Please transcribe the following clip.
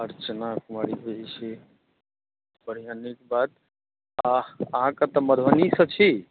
अर्चना कुमारी बजै छियै आ अहाँ कतय मधुबनी सॅं छी